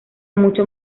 mucho